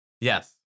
Yes